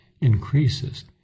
increases